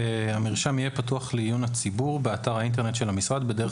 (ג) המרשם יהיה פתוח לעיון הציבור באתר האינטרנט של המשרד בדרך